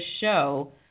show